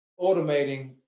automating